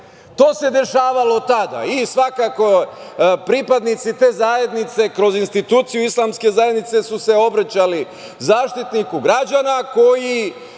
se dešavalo tada i svakako pripadnici te zajednice kroz instituciju islamske zajednice su se obraćali Zaštitniku građana koji